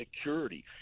security